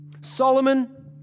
Solomon